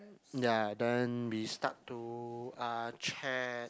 ya then we start to uh chat